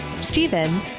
Stephen